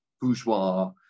bourgeois